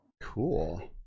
cool